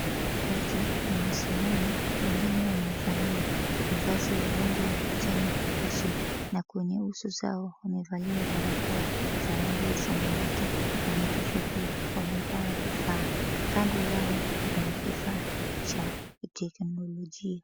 Watu wamesimama wengine wamevalia mavazi ya rangi ya kijani kibichi na kwenye uso zao wamevalia barakoa za rangi ya samawati. Kwenye kichwa pia wamevaa vifaa. Kando yao wanakifaa cha kiteknolojia.